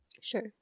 Sure